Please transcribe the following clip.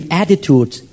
attitudes